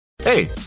Hey